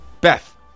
Beth